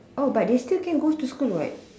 oh but they still can go to school what